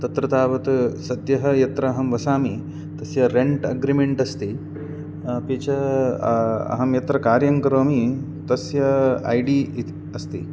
तत्र तावत् सद्यः यत्र अहं वसामि तस्य रेण्ट् अग्रिमेण्ट् अस्ति अपि च अहं यत्र कार्यं करोमि तस्य ऐ डी इति अस्ति